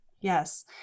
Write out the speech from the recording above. Yes